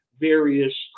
various